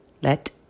Let